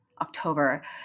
October